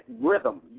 rhythm